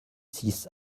six